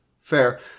Fair